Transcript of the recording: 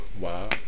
Wow